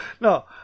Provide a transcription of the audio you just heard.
no